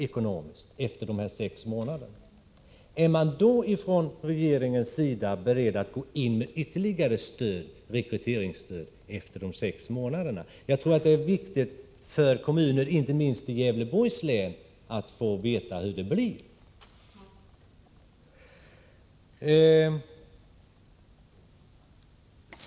Är man efter dessa sex månader från regeringens sida beredd att gå in med ytterligare rekryteringsstöd? Jag tror att det är viktigt för kommunerna, inte minst i Gävleborgs län, att få veta hur det blir.